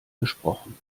besprochen